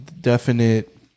definite